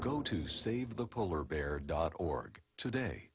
go to save the polar bear dot org today